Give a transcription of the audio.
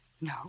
No